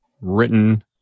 written